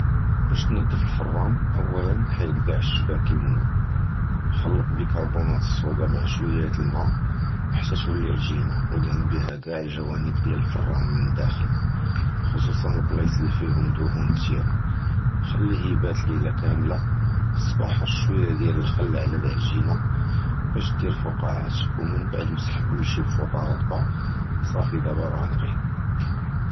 בַּאש תְּנַקֵּה לְפְּרָן, אוּלָּא חַוָּאגָה, חֵ'ד זְ'אַע שְּבָאקִין, חַלַּט בִּקְרְבוֹנָאט סוֹדָה עִם שְּוִיָּה לִמָּא עַד שֶׁיְּוֹלֵי עֲגִינָה, וְדַהֵן בִּיהָ זְ'אַע לְגְ'וָאנֶב דִּי לְפְּרָן מֵן דָּאחְל, בִּכְסוּסוּ לְבְּלַאסִין לִי פִּיהוּם דְּהוֹן קָתִיר, חַ'לִי הֵימ יִבַּת לֵילָה קַמְלָה. בָּצָהר רַשִּׁי שְּוִיָּה לִחְ'ל עַל הַעֲגִינָה, בַּאש תְּעַשֵּׂה פְּקוּעָאוֹת, מַסִּח בְּפוּטָה רַטְבָה, סָאפִי, דָּאִימָה רָה נָקִי.